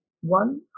one